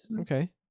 Okay